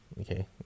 okay